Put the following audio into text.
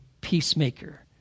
peacemaker